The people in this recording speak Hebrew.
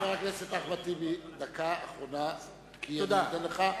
חבר הכנסת אחמד טיבי, דקה אחרונה אני נותן לך.